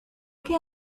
que